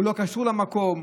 הוא לא קשור למקום,